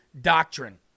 doctrine